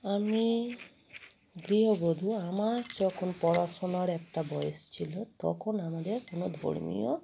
আমি গৃহবধূ আমার যখন পড়াশোনার একটা বয়স ছিল তখন আমাদের কোনো ধর্মীয়